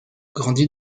grandit